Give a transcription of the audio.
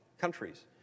countries